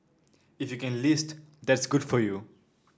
if you can list that's good for you